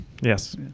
Yes